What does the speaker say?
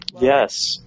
Yes